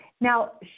Now